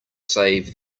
save